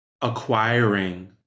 acquiring